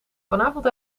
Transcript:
vanavond